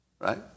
right